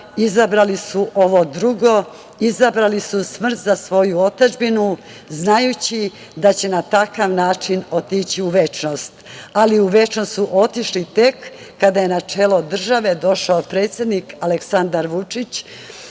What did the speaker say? izabrali su ovo drugo, izabrali su smrt za svoju otadžbinu, znajući da će na takav način otići u večnost, ali u večnost su otišli tek kada je na čelo države došao predsednik Aleksandar Vučić